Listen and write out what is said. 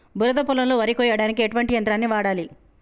బురద పొలంలో వరి కొయ్యడానికి ఎటువంటి యంత్రాన్ని వాడాలి?